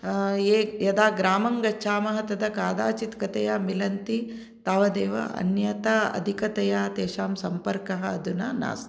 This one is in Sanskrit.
ये यदा ग्रामं गच्छामः तदा कादाचित्कतया मिलन्ति तावदेव अन्यथा अधिकतया तेषां सम्पर्कः अधुना नास्ति